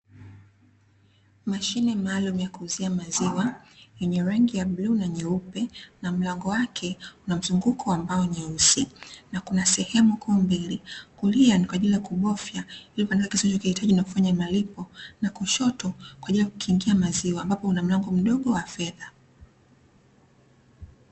Mashine maalumu ya kuuzia maziwa yenye rangi ya bluu na nyeupe na mlango wake una mzunguko wa mbao nyeusi ambao na kunasehemu kuu mbili kulia kwajili ya kubofya kwa ajili ya malipo na kushoto kwa ajili ya kukingia maziwa ambapo kuna mlango mdogo wa fedha.